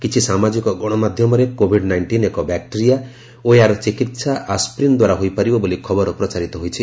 କିଛି ସାମାଜିକ ଗଣମାଧ୍ୟମରେ କୋଭିଡ୍ ନାଇଷ୍ଟିନ୍ ଏକ ବ୍ୟାକ୍ଟେରିଆ ଓ ଏହାର ଚିକିତ୍ସା ଆସ୍ତ୍ରିନ୍ ଦ୍ୱାରା ହୋଇପାରିବ ବୋଲି ଖବର ପ୍ରଚାରିତ ହୋଇଛି